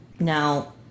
Now